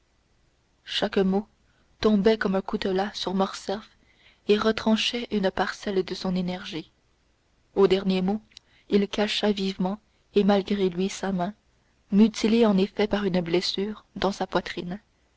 chaque mot tombait comme un coutelas sur morcerf et retranchait une parcelle de son énergie aux derniers mots il cacha vivement et malgré lui sa main mutilée en effet par une blessure dans sa poitrine